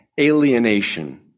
alienation